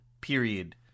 Period